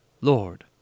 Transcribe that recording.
Lord